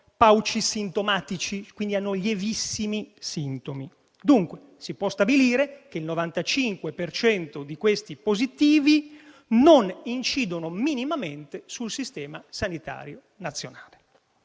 paucisintomatici, quindi hanno lievissimi sintomi. Si può dunque stabilire che il 95 per cento di questi positivi non incidono minimamente sul Sistema sanitario nazionale.